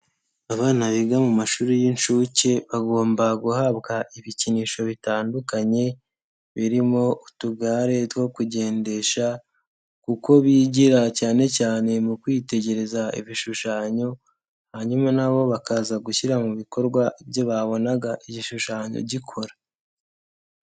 Abana biga mu mashuri y'inshuke bagomba guhabwa ibikinisho bitandukanye, birimo utugare two kugendesha kuko bigira cyane cyane mu kwitegereza ibishushanyo hanyuma nabo bakaza gushyira mu bikorwa ibyo babonaga igishushanyo gikora.